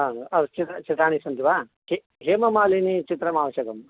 आम् चित्राणि सन्ति वा हे हेमामालिनी चित्रम् आवश्यकं